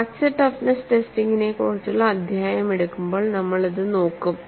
fracture toughness ടെസ്റ്റിംഗിനെക്കുറിച്ചുള്ള അധ്യായം എടുക്കുമ്പോൾ നമ്മൾ അത് നോക്കും